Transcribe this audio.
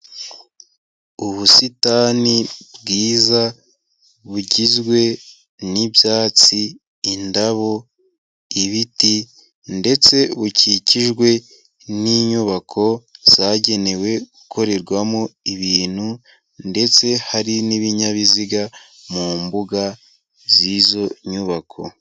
Ubusitani bwiza bugizwe n'ibyatsi, indabo, ibiti ndetse bukikijwe n'inyubako zagenewe gukorerwamo ibintu ndetse hari n'ibinyabiziga mu mbuga z'izo nyubako.